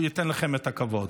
הוא ייתן לכם את הכבוד.